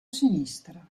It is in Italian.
sinistra